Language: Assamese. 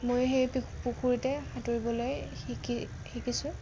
মই সেই পুখুৰীতে সাঁতুৰিবলৈ শিকিছোঁ